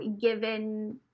given